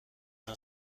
نوع